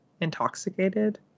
intoxicated